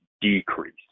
decrease